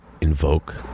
invoke